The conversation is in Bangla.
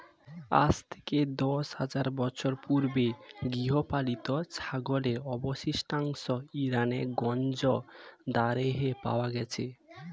আজ থেকে দশ হাজার বছর পূর্বে গৃহপালিত ছাগলের অবশিষ্টাংশ ইরানের গঞ্জ দারেহে পাওয়া গেছে